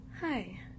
Hi